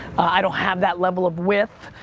i don't have that level of width.